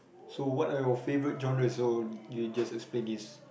so what are your favourite genres or you just explain this